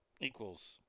Equals